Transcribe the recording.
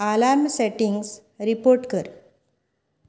alarm settings report कर